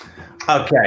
Okay